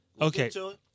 Okay